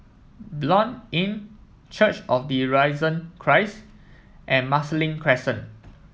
Blanc Inn Church of the Risen Christ and Marsiling Crescent